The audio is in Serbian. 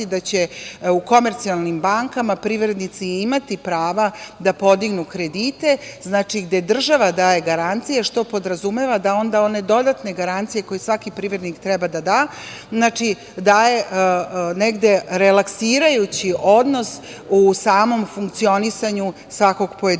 da će u komercijalnim bankama privrednici imati prava da podignu kredite gde država daje garancije, što podrazumeva da onda one dodatne garancije koje svaki privrednik treba da da daje negde relaksirajući odnos u samom funkcionisanju svakog pojedinca